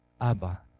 Abba